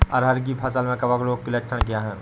अरहर की फसल में कवक रोग के लक्षण क्या है?